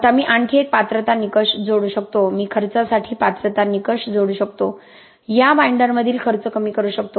आता मी आणखी एक पात्रता निकष जोडू शकतो मी खर्चासाठी पात्रता निकष जोडू शकतो या बाईंडरमधील खर्च कमी करू शकतो